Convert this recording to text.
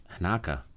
Hanaka